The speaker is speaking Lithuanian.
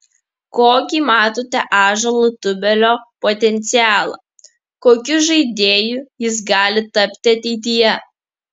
kokį matote ąžuolo tubelio potencialą kokiu žaidėju jis gali tapti ateityje